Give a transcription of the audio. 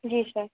जी sir